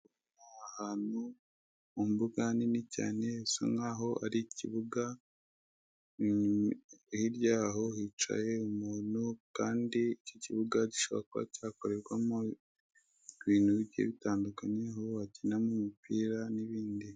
Ahantu mu mbuga nini cyane bisa nkaho ari ikibuga, hirya yaho hicaye umuntu kandi iki kibuga gishobora kuba cyakorerwamo ibintu bigiye bitandukanye aho bakiniramo umupira n'ibindi.